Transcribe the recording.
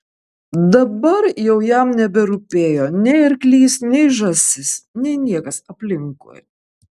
dabar jau jam neberūpėjo nei arklys nei žąsis nei niekas aplinkui